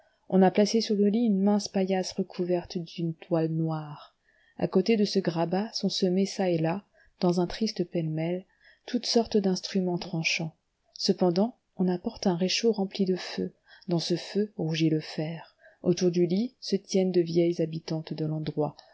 on a placé sur le lit une mince paillasse recouverte d'une toile noire à côté de ce grabat sont semés çà et là dans un triste pêle-mêle toutes sortes d'instruments tranchants cependant on apporte un réchaud rempli de feu dans ce feu rougit le fer autour du lit se tiennent de vieilles habitantes de l'endroit